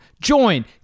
Join